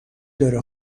داره